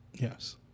Yes